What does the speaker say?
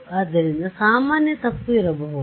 ಆದ್ದರಿಂದ ಸಾಮಾನ್ಯ ತಪ್ಪು ಇರಬಹುದು